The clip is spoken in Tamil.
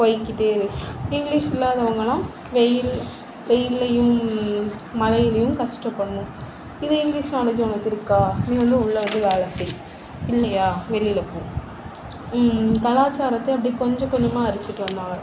போய்க்கிட்டே இரு இங்கிலீஷ் இல்லாதவங்கலாம் வெயில் வெயில்லையும் மழையிலையும் கஷ்டப்படணும் இதே இங்கிலீஷ் நாலேஜ் உனக்கு இருக்கா நீ வந்து உள்ளே வந்து வேலை செய் இல்லையா வெளியில் போ கலாச்சாரத்தை அப்படி கொஞ்சம் கொஞ்சமாக அழிச்சிவிட்டு வந்தாங்க